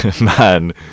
man